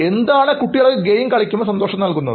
എന്താണ്കുട്ടികൾക്ക് game കളിക്കുമ്പോൾ സന്തോഷം നൽകുന്നത്